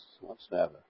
whatsoever